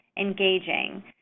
engaging